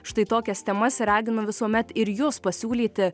štai tokias temas ir raginu visuomet ir jus pasiūlyti